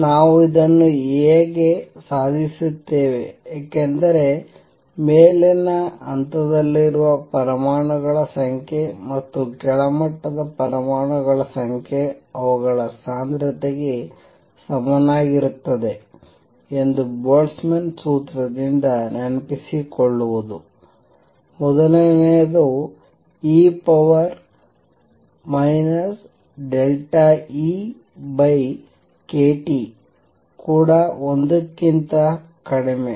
ನಾವು ಇದನ್ನು ಹೇಗೆ ಸಾಧಿಸುತ್ತೇವೆ ಏಕೆಂದರೆ ಮೇಲಿನ ಹಂತದಲ್ಲಿರುವ ಪರಮಾಣುಗಳ ಸಂಖ್ಯೆ ಮತ್ತು ಕೆಳಮಟ್ಟದ ಪರಮಾಣುಗಳ ಸಂಖ್ಯೆ ಅವುಗಳ ಸಾಂದ್ರತೆಗೆ ಸಮನಾಗಿರುತ್ತದೆ ಎಂದು ಬೋಲ್ಟ್ಜ್ಮನ್ ನ ಸೂತ್ರದಿಂದ ನೆನಪಿಸಿಕೊಳ್ಳುವುದು ಮೊದಲನೆಯದು e EkT ಕೂಡ 1 ಕ್ಕಿಂತ ಕಡಿಮೆ